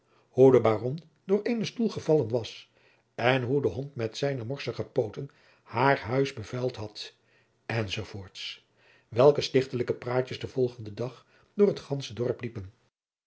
de baron door eenen stoel gevallen was en hoe de hond met zijne morsige pooten haar huis bevuild had enz welke stichtelijke praatjens den volgenden dag door het gandsche dorp liepen